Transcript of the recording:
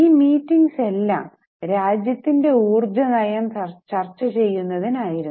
ഈ മീറ്റിംഗ്സ് എല്ലാം രാജ്യത്തിൻറെ ഊർജ നയം ചർച്ച ചെയ്യുന്നതിനായിരുന്നു